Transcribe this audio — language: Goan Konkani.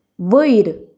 वयर